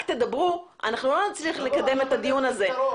אם אתם רק תדברו אנחנו לא נצליח לקדם את הדיון הזה.